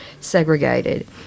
segregated